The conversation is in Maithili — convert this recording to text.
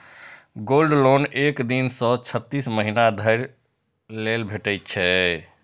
गोल्ड लोन एक दिन सं छत्तीस महीना धरि लेल भेटै छै